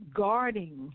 guarding